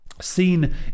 Seen